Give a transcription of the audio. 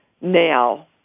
now